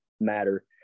matter